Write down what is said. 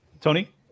Tony